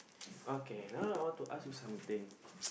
okay now I want to ask you something